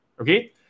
okay